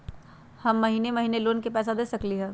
हम महिने महिने लोन के पैसा दे सकली ह?